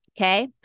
okay